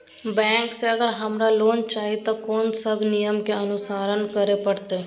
Bank से अगर हमरा लोन चाही ते कोन सब नियम के अनुसरण करे परतै?